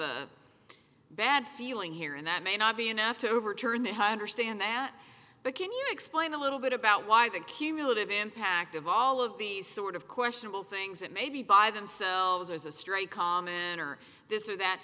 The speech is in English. a bad feeling here and that may not be enough to overturn the high understand that but can you explain a little bit about why the cumulative impact of all of these sort of questionable things that maybe by themselves as a straight commoner this or that